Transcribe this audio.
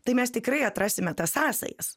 tai mes tikrai atrasime tas sąsajas